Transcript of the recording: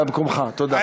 במקומך.